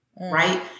Right